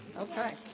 Okay